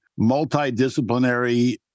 multidisciplinary